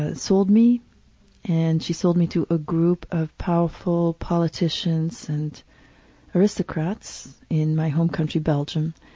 ah sold me and she sold me to a group of powerful politicians and aristocrats in my home country, belgium.